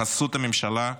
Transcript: בחסות הממשלה,